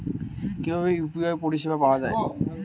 কিভাবে ইউ.পি.আই পরিসেবা পাওয়া য়ায়?